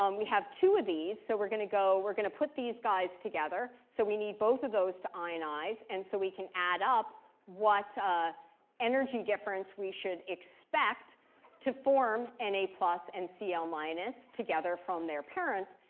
um we have two of these, so we're going to go we're going to put these guys together. so we need both of those to ionize, and so we can add up what energy difference we should expect to form and na plus and cl ah minus together from their parents.